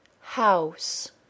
house